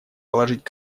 положить